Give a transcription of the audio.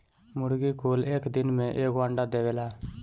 मुर्गी कुल एक दिन में एगो अंडा देवेला